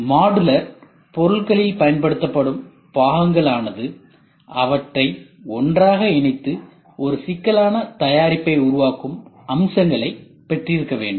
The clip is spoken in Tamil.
மாடுலர் பொருட்களில் பயன்படுத்தப்படும் பாகங்கள் ஆனது அவற்றை ஒன்றாக இணைத்து ஒரு சிக்கலான தயாரிப்பை உருவாக்கும் அம்சங்களைப் பெற்றிருக்க வேண்டும்